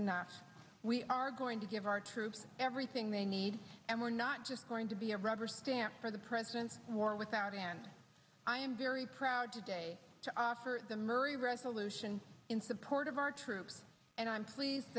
enough we are going to give our troops everything they need and we're not just going to be a rubber stamp for the president's war without him and i am very proud today to offer the murry resolution in support of our troops and i'm pleased